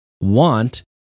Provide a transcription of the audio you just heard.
want